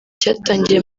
cyatangiye